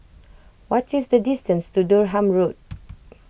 what is the distance to Durham Road